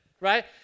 Right